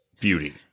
Beauty